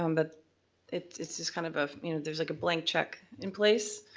um but it's just kind of a, you know there's like a blank check in place,